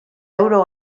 euro